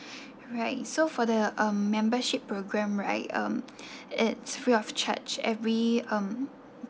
right so for the um membership programme right um it's free of charge every um